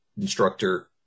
instructor